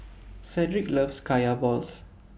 Cedric loves Kaya Balls